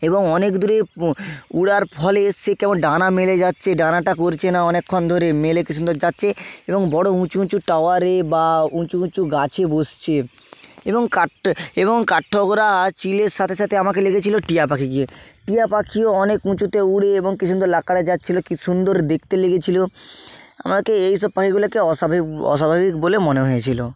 এবং অনেক দূরে ওড়ার ফলে সে কেমন ডানা মেলে যাচ্ছে ডানাটা পড়ছে না অনেকক্ষণ ধরে মেলে কি সুন্দর যাচ্ছে এবং বড়ো উঁচু উঁচু টাওয়ারে বা উঁচু উঁচু গাছে বসছে এবং কাঠঠো এবং কাঠঠোকরা চিলের সাথে সাথে আমাকে লেগেছিলো টিয়া পাখিকে টিয়া পাখিও অনেক উঁচুতে ওড়ে এবং কি সুন্দর যাচ্ছিলো কি সুন্দর দেখতে লেগেছিলো আমাকে এই সব পাখিগুলোকে অস্বাভাবিক অস্বাভাবিক বলে মনে হয়েছিলো